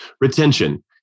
Retention